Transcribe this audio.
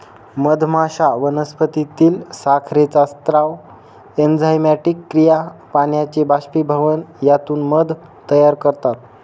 मधमाश्या वनस्पतीतील साखरेचा स्राव, एन्झाइमॅटिक क्रिया, पाण्याचे बाष्पीभवन यातून मध तयार करतात